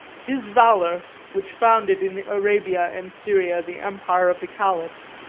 his valor, which founded in arabia and syria the empire of the caliphs,